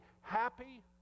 Happy